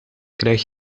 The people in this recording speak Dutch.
krijg